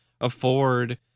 afford